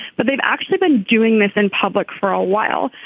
but they've actually been doing this in public for a while.